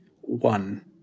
one